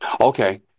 Okay